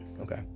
okay